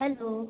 hello